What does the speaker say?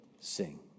sing